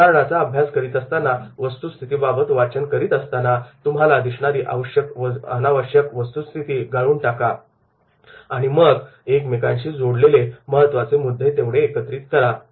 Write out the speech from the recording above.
उदाहरणाचा अभ्यास करीत असताना वस्तुस्थिती बाबत वाचन करीत असताना तुम्हाला दिसणारी अनावश्यक वस्तुस्थिती गाळून टाका आणि मग एकमेकांशी जोडलेले महत्त्वाचे मुद्दे तेवढे एकत्र करा